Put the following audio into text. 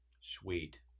Sweet